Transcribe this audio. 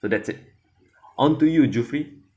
so that's it onto you zuffrie